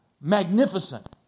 magnificent